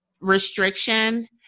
restriction